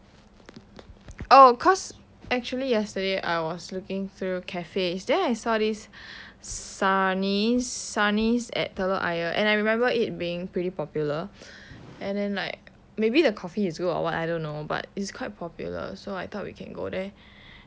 oh cause actually yesterday I was looking through cafes then I saw this sarnies at telok ayer and I remember it being pretty popular and then like maybe the coffee is good or what I don't know but is quite popular so I thought we can go there